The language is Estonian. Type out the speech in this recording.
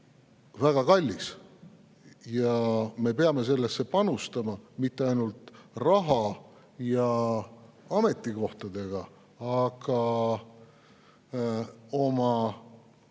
väga kallis. Ja me peame sellesse panustama mitte ainult raha ja ametikohtadega, vaid ka